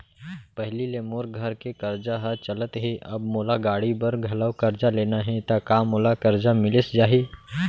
पहिली ले मोर घर के करजा ह चलत हे, अब मोला गाड़ी बर घलव करजा लेना हे ता का मोला करजा मिलिस जाही?